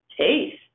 taste